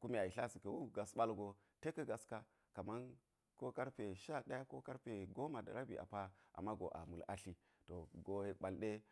kume a yitlasi ka̱ wu gas ɓal go te ka̱ gas ka kaman ko karfe sha ɗaya ko karfe goma da rabi a pa a mago a mul atli to go yek ɗe